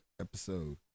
episode